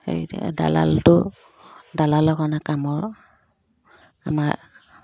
সেই দালালটো দালালৰ কাৰণে কামৰ আমাৰ